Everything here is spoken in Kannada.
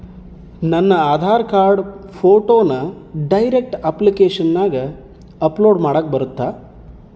ನನ್ನ ಆಧಾರ್ ಕಾರ್ಡ್ ಫೋಟೋನ ಡೈರೆಕ್ಟ್ ಅಪ್ಲಿಕೇಶನಗ ಅಪ್ಲೋಡ್ ಮಾಡಾಕ ಬರುತ್ತಾ?